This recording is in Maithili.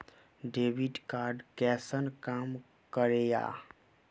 डेबिट कार्ड कैसन काम करेया?